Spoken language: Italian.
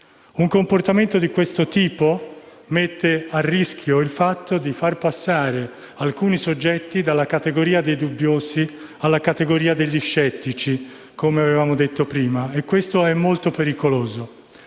Un comportamento di questo tipo rischia di far passare alcuni soggetti dalla categoria dei dubbiosi alla categoria degli scettici, come avevamo detto prima; e questo è molto pericoloso.